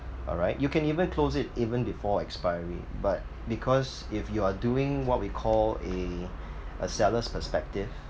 alright you can even close it even before expiry but because if you are doing what we call a a seller's perspective